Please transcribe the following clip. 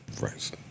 Right